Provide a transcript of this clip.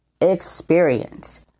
experience